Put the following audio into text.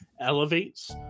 elevates